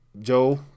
Joe